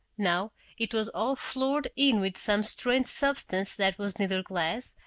now it was all floored in with some strange substance that was neither glass,